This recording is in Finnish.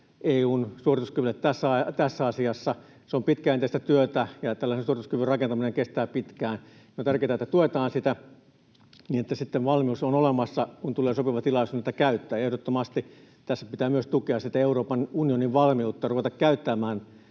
EU:n suorituskyvylle tässä asiassa. Se on pitkäjänteistä työtä, ja tällaisen suorituskyvyn rakentaminen kestää pitkään. On tärkeätä, että tuetaan sitä niin, että sitten valmius on olemassa, kun tulee sopiva tilaisuus niitä käyttää. Ehdottomasti tässä pitää myös tukea sitä Euroopan unionin valmiutta ruveta käyttämään